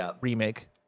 remake